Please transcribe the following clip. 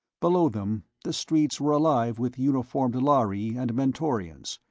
below them, the streets were alive with uniformed lhari and mentorians.